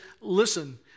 listen